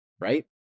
right